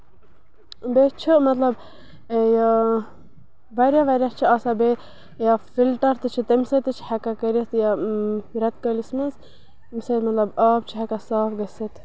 بیٚیہِ چھ مطلب یہِ واریاہ واریاہ چھِ آسان بیٚیہِ یا فِلٹر طفیلتعرظ تہِ چھِ تَمہِ سۭتۍ تہِ چھِ ہٮ۪کان کٔرِتھ یہِ رٮ۪تہٕ کٲلِس منٛز ییٚمہِ سۭتۍ مطلب آب چھُ ہٮ۪کان صاف گٔژھِتھ